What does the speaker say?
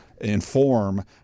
inform